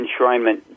enshrinement